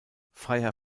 freiherr